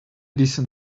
decent